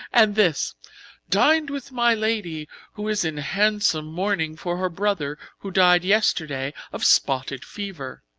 and this dined with my lady who is in handsome mourning for her brother who died yesterday of spotted fever